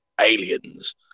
aliens